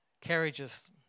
carriages